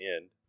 end